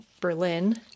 Berlin